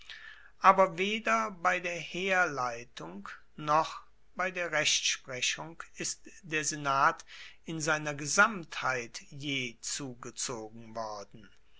aber weder bei der heerleitung noch bei der rechtsprechung ist der senat in seiner gesamtheit je zugezogen worden